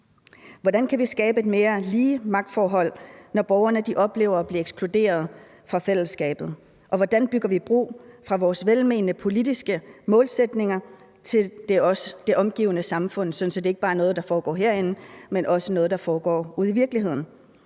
Hvordan kan vi skabe et mere lige magtforhold, når borgerne oplever at blive ekskluderet fra fællesskabet? Og hvordan bygger vi bro mellem vores velmenende politiske målsætninger og det omgivende samfund, så det ikke bare er noget, der foregår herinde, men også er noget, der foregår ude i virkeligheden?